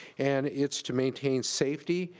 and it's to maintain safety,